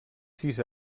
sis